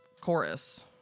chorus